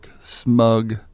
smug